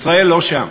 ישראל לא שם.